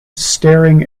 staring